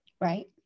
Right